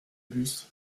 bus